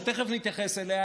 שתכף נתייחס אליה,